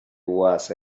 was